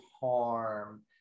harm